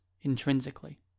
intrinsically